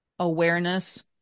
awareness